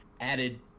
added